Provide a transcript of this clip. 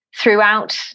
throughout